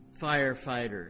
firefighters